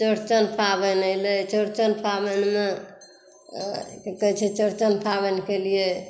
चौरचन पाबनि एलै चौरचन पाबनि मे की कहै छै चौरचन पाबनिके लिये